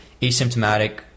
asymptomatic